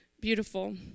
beautiful